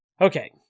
Okay